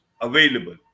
available